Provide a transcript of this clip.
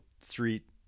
street